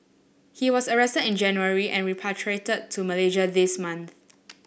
he was arrested in January and repatriated to Malaysia this month